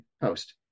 post